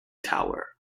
tower